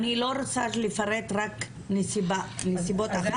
אני לא רוצה לפרט רק נסיבה אחת,